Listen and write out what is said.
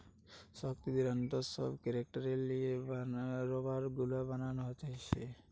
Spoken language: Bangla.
শক্তি, দৃঢ়তা সব ক্যারেক্টার লিয়ে রাবার গুলা বানানা হচ্ছে